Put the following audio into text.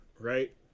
right